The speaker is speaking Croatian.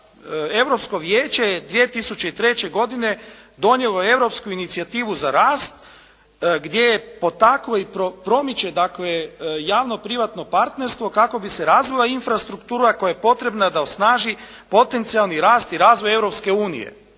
Europsko vijeće je 2003. godine donijelo Europsku inicijativu za rast gdje je potaklo i promiče dakle javno-privatno partnerstvo kako bi se razvila infrastruktura koja je potrebna da osnaži potencijalni rast i razvoj Europske unije.